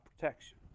protection